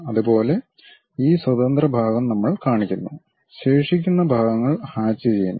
അതുപോലെ ഈ സ്വതന്ത്ര ഭാഗം നമ്മൾ കാണിക്കുന്നു ശേഷിക്കുന്ന ഭാഗങ്ങൾ ഹാച്ച് ചെയ്യുന്നു